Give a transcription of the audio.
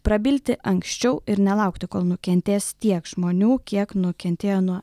prabilti anksčiau ir nelaukti kol nukentės tiek žmonių kiek nukentėjo nuo